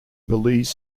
belize